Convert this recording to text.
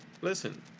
listen